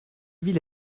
ville